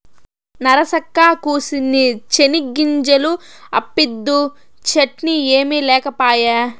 నరసక్కా, కూసిన్ని చెనిగ్గింజలు అప్పిద్దూ, చట్నీ ఏమి లేకపాయే